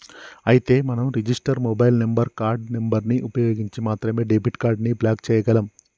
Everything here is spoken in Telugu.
అయితే మనం register mobile number card number ని ఉపయోగించి మాత్రమే డెబిట్ కార్డు ని బ్లాక్ చేయగలం